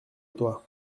toit